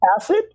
acid